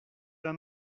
d’un